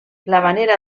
manera